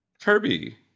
Kirby